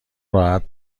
راحت